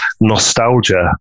nostalgia